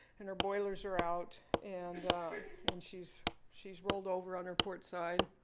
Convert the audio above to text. and her boilers are out. and and she's she's rolled over on her port side.